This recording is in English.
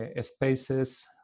spaces